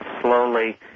slowly